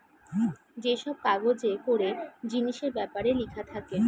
যে সব কাগজে করে জিনিসের বেপারে লিখা থাকে